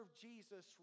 Jesus